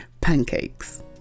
pancakes